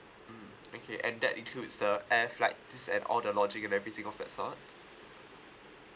mm okay and that includes the air flights to and all the lodging and everything of that sort